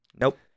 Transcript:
Nope